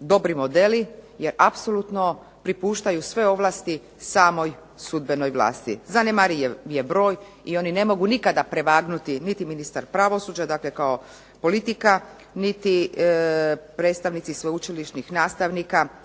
dobri modeli, jer apsolutno prepuštaju sve ovlasti samoj sudbenoj vlasti. Zanemariv je broj i oni ne mogu nikada prevagnuti, niti ministar pravosuđa dakle kao politika, niti predstavnici sveučilišnih nastavnika